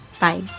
Bye